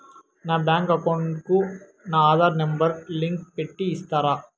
నా bank account కు నా ఆధార్ నెంబర్ లింకు పెట్టి ఇస్తారా?